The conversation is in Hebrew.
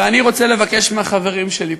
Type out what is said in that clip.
ואני רוצה לבקש מהחברים שלי פה: